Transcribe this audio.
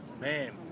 man